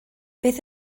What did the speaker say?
beth